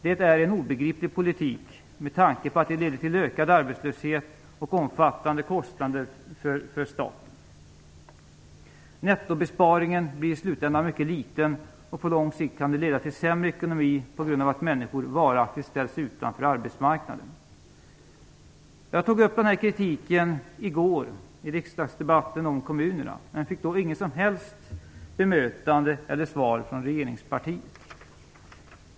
Det är en obepriplig politik med tanke på att den leder till ökad arbetslöshet och omfattande kostnader för staten. Nettobesparingen blir i slutändan mycket liten, och på lång sikt kan detta leda till sämre ekonomi på grund av att människor varaktigt ställs utanför arbetsmarknaden. Jag tog upp den här kritiken i riksdagsdebatten i går om kommunerna men fick då inget som helst bemötande eller svar från regeringspartiet.